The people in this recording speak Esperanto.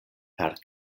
per